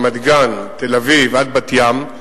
רמת-גן ותל-אביב עד בת-ים,